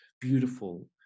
beautiful